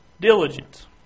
diligence